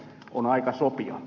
on aika sopia